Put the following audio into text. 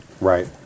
right